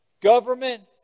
Government